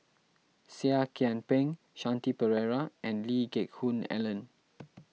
Seah Kian Peng Shanti Pereira and Lee Geck Hoon Ellen